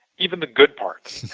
even the good part.